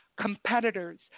competitors